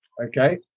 okay